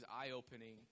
eye-opening